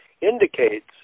indicates